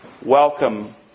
Welcome